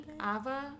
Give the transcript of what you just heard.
Ava